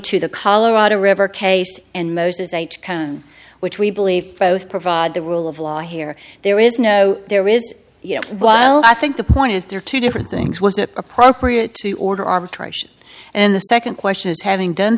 to the colorado river case and most is a cone which we believe both provide the rule of law here there is no there is you know while i think the point is there are two different things was it appropriate to order arbitration and the second question is having done